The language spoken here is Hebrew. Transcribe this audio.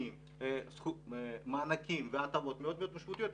נותנים מענקים והטבות מאוד מאוד משמעותיות,